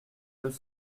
deux